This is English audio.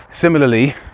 Similarly